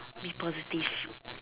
be positive